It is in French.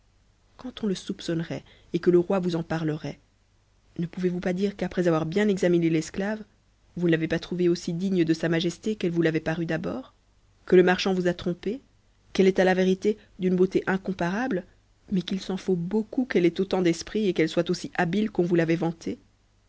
quand on le soupçonnerait et que le roi vousen parlerait ne pouvez-vous pas dire qu'après avoir bien examiné l'eschw vous ne t'avez pas trouvée aussi digne de sa majesté qu'elle vous l'avait paru d'abord que le marchand vous a trompé qu'elle est à la vérité d'une beauté incomparable mais qu'il s'en faut beaucoup qu'elle ait autan d'esprit et qu'elle soit aussi habile qu'on vous l'avait vantée